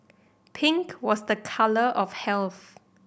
pink was the colour of health